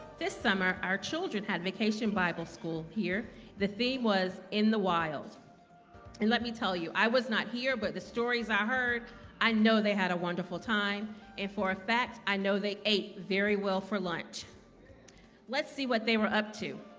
this summer our children had vacation bible school here the theme was in the wild and let me tell you i was not here but the stories i heard i know they had a wonderful time and for a fact i know they ate very well for lunch let's see what they were up to